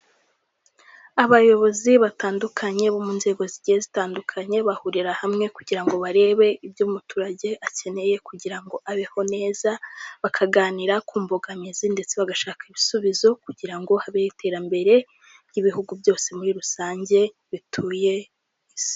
Abayobozi batandukanye bo mu nzego zigiye zitandukanye, bahurira hamwe kugira ngo barebe ibyo umuturage akeneye kugira ngo abeho neza, bakaganira ku mbogamizi ndetse bagashaka ibisubizo kugira ngo habeho iterambere ry'ibihugu byose muri rusange bituye mw'isi.